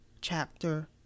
Chapter